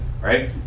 right